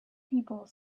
people